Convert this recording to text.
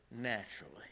naturally